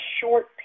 short